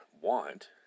want